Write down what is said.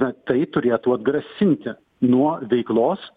na tai turėtų atgrasinti nuo veiklos